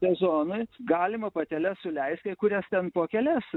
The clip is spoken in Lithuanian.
sezoną galima pateles suleisti kai kurias ten po kelias